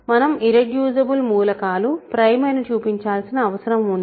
మనం ఇర్రెడ్యూసిబుల్ మూలకాలు ప్రైమ్ అని చూపించాల్సిన అవసరం ఉంది